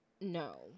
No